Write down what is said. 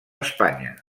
espanya